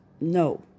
no